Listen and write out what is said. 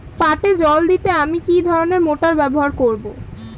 পাটে জল দিতে আমি কি ধরনের মোটর ব্যবহার করব?